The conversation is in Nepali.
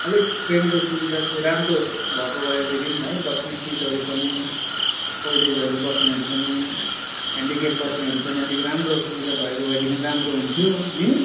अलिक ट्रेनको सुविधा चाहिँ राम्रो भएको भएदेखि है बस्ने सिटहरू पनि ओल्ड एजहरू बस्नेहरू पनि हेन्डिकेप बस्नेहरू पनि अलिक राम्रो सुविधा भएको भएदेखि राम्रो हुन्थ्यो नि